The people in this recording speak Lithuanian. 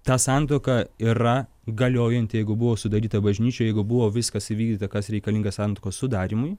ta santuoka yra galiojanti jeigu buvo sudaryta bažnyčioj jeigu buvo viskas įvykdyta kas reikalinga santuokos sudarymui